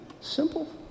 simple